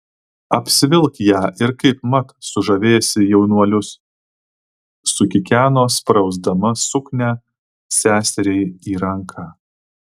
apsivilk ją ir kaipmat sužavėsi jaunuolius sukikeno sprausdama suknią seseriai į ranką